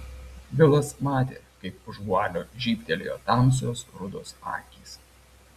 vilas matė kaip už vualio žybtelėjo tamsios rudos akys